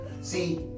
See